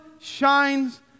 shines